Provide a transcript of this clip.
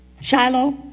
Shiloh